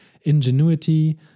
Ingenuity